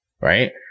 right